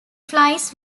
flies